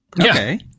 Okay